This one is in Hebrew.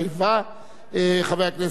חבר הכנסת ישיב.